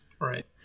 Right